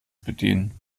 bedienen